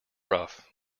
rough